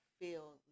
feel